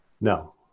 No